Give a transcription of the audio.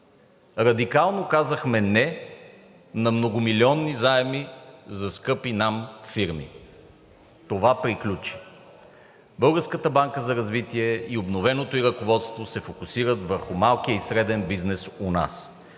Радикално казахме: не на многомилионни заеми за скъпи нам фирми. Това приключи. Българската банка за развитие и обновеното ѝ ръководство се фокусират върху малкия и средния бизнес у нас.